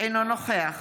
אינו נוכח